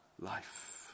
life